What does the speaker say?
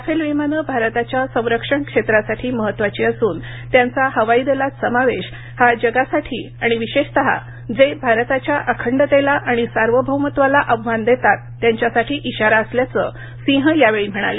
Rafale विमानं भारताच्या संरक्षण क्षेत्रासाठी महत्वाची असून त्यांचा हवाई दलात समावेश हा जगासाठी आणि विशेषत जे भारताच्या अखंडतेला आणि सार्वभौमत्वाला आव्हान देतात त्यांच्यासाठी इशारा असल्याचं सिंह यावेळी म्हणाले